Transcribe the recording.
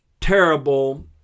terrible